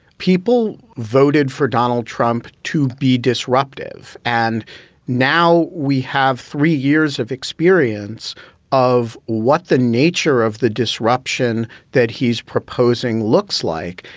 people voted for donald trump to be disruptive. and now we have three years of experience of what the nature of the disruption that he's proposing looks like.